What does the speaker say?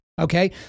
Okay